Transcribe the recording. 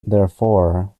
therefore